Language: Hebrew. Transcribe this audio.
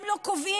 הם לא קובעים,